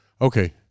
Okay